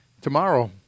Tomorrow